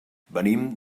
venim